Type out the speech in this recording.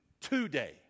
today